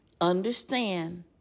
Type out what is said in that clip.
Understand